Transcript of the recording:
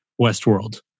Westworld